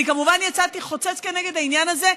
אני כמובן יצאתי חוצץ נגד העניין הזה.